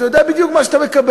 אתה יודע בדיוק מה אתה מקבל.